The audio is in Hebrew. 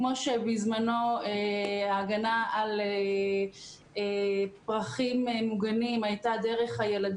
כפי שנעשה בזמנו באמצעות ילדים לגבי פרחים מוגנים בטבע.